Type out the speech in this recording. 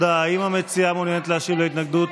הוא יתערב,